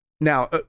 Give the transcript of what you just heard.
Now